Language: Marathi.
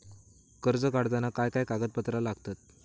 कर्ज काढताना काय काय कागदपत्रा लागतत?